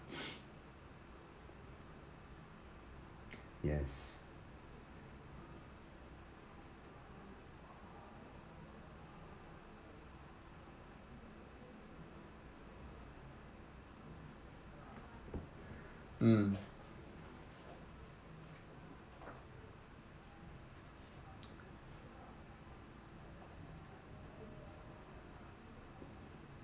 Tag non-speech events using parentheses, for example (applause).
(noise) yes mm